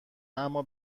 اما